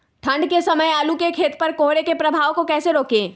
ठंढ के समय आलू के खेत पर कोहरे के प्रभाव को कैसे रोके?